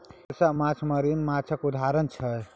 हिलसा माछ मरीन माछक उदाहरण छै